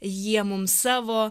jie mums savo